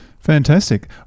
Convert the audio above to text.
Fantastic